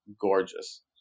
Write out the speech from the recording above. gorgeous